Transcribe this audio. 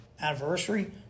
anniversary